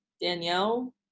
Danielle